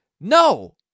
no